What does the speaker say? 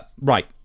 Right